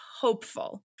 hopeful